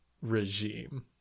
regime